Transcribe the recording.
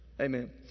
Amen